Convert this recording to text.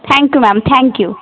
thank you ma'am thank you